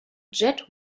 jet